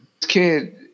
kid